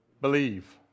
Believe